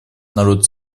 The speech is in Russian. народ